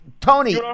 Tony